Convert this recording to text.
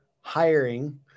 hiring